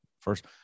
first